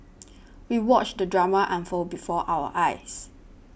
we watched the drama unfold before our eyes